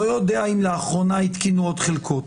ואני לא יודע אם לאחרונה התקינו עוד חלקות,